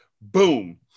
Boom